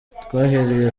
twahereye